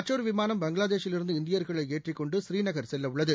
மற்றொரு விமானம் பங்களாதேஷில் இருந்து இந்தியர்களை ஏற்றிக்கொண்டு ஸ்ரீநகர் செல்ல உள்ளது